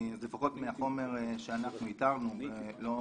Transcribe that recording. לפחות מהחומר שאנחנו איתרנו ולא